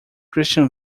christian